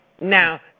Now